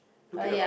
look it up